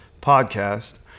podcast